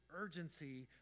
urgency